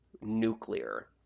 nuclear